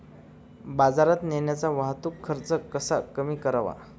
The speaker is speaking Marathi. बाजारात नेण्याचा वाहतूक खर्च कसा कमी करावा?